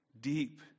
deep